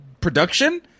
production